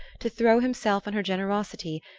to throw himself on her generosity,